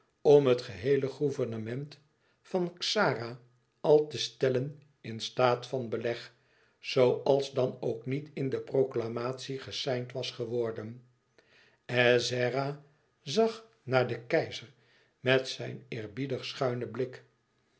om het geheele gouvernement van xara al te stellen in staat van beleg zooals dan ook niet in de proclamatie geseind was geworden ezzera zag naar den keizer met zijn eerbiedig schuinen blik